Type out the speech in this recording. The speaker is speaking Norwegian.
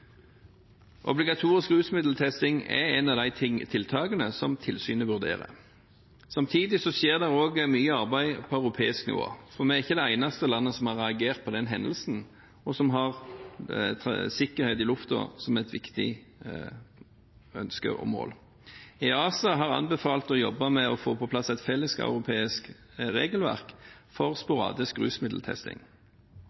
Obligatorisk rusmiddeltesting er et av de tiltakene som tilsynet vurderer. Samtidig skjer det også mye arbeid på europeisk nivå, for vi er ikke det eneste landet som har reagert på den hendelsen, og som har sikkerhet i lufta som et viktig ønske og mål. EASA har anbefalt å jobbe med å få på plass et felleseuropeisk regelverk for